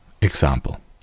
Example